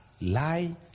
Lie